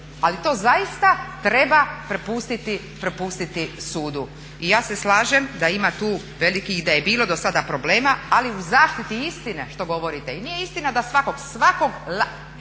ali to zaista treba prepustiti sudu. I ja se slažem da ima tu velikih i da je bilo dosada problema, ali u zaštiti istine što govorite. I nije istina da svakog, svakog